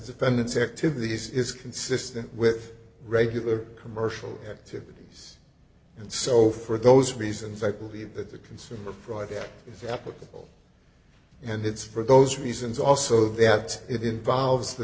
offend its activities is consistent with regular commercial activities and so for those reasons i believe that the consumer fraud is applicable and it's for those reasons also that it involves the